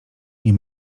nie